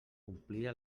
omplia